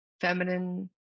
feminine